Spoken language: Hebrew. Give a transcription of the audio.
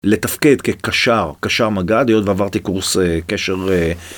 מה קורה איתך אתה.כמה ועד כמה